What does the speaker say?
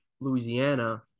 Louisiana